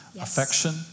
affection